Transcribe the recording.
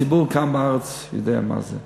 הציבור כאן בארץ יודע מה זה,